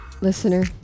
Listener